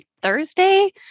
Thursday